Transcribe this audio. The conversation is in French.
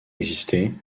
existé